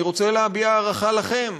אני רוצה להביע הערכה לכם,